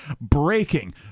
breaking